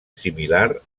similar